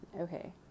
okay